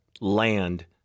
land